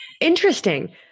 Interesting